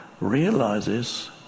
realizes